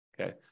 Okay